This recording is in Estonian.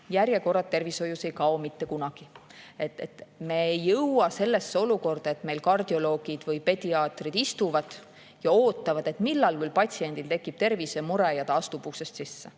Järjekorrad tervishoius ei kao mitte kunagi. Me ei jõua sellesse olukorda, kus meil kardioloogid või pediaatrid istuvad ja ootavad, millal küll patsiendil tekib tervisemure ja ta astub uksest sisse.